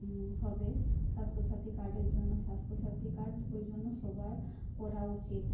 হবে স্বাস্থ্যসাথী কার্ডের জন্য স্বাস্থ্যসাথী কার্ড ওই জন্য সবার করা উচিত